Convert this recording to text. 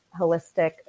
holistic